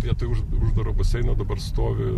vietoj uždaro baseino dabar stovi